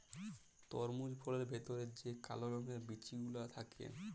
তরমুজ ফলের ভেতর যে কাল রঙের বিচি গুলা থাক্যে